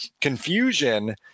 confusion